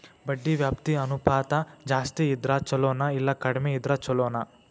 ಬಡ್ಡಿ ವ್ಯಾಪ್ತಿ ಅನುಪಾತ ಜಾಸ್ತಿ ಇದ್ರ ಛಲೊನೊ, ಇಲ್ಲಾ ಕಡ್ಮಿ ಇದ್ರ ಛಲೊನೊ?